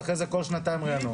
ואחרי זה כל שנתיים ריענון.